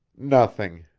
nothing.